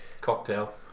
cocktail